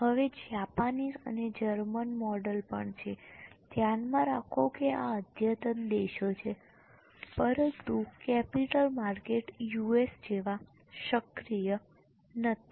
હવે જાપાનીઝ અને German model પણ છે ધ્યાનમાં રાખો કે આ અદ્યતન દેશો છે પરંતુ કેપિટલ માર્કેટ યુએસ જેવા સક્રિય નથી